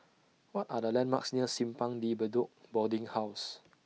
What Are The landmarks near Simpang De Bedok Boarding House